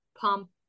pump